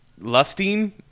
lusting